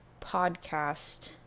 podcast